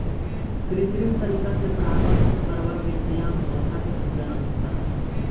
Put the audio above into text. कृत्रिम तरीका से परागण करवा के न्या पौधा के प्रजनन होखता